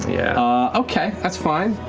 yeah okay, that's fine.